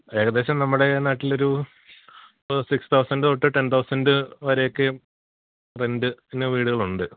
ഏകദേശം നമ്മുടെ നാട്ടിലൊരു സിക്സ് തൗസൻഡ് തൊട്ട് ടെൻ തൗസൻഡ് വരെ ഒക്കെ റെൻറ്റ് വീടുകൾ ഉണ്ട്